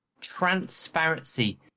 transparency